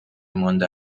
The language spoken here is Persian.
مانده